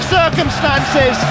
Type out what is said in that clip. circumstances